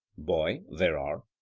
boy there are.